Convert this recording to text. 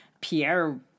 Pierre